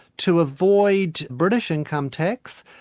to avoid british income tax,